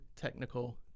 technical